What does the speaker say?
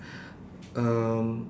um